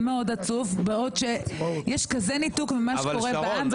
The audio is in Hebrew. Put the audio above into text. זה עצוב מאוד שיש כזה ניתוק ממה שקורה בעם.